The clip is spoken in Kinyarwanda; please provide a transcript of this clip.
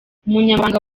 umunyamabanga